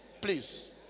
Please